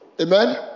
Amen